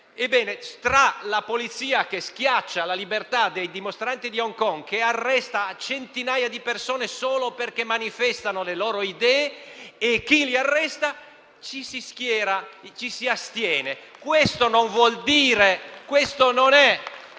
Tra la polizia che schiaccia la libertà dei dimostranti di Hong Kong, che arresta centinaia di persone solo perché manifestano le loro idee, e chi li arresta, ci si astiene. Questo non vuol dire